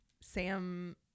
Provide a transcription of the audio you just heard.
Sam